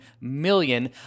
million